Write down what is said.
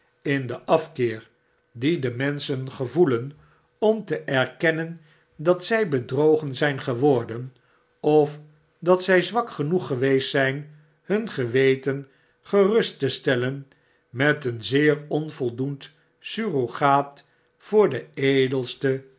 in den afkeer die de menschen gevoelen om te erkennen dat zij bedrogen zijn geworden of datzy zwakgenoeg geweest zyn hun geweten gerust te stellen met een zeer onvoldoend surrogaat voor de edelste